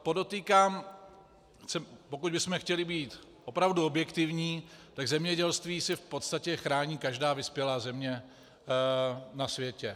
Podotýkám, pokud bychom chtěli být opravdu objektivní, tak zemědělství si v podstatě chrání každá vyspělá země na světě.